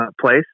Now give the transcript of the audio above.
place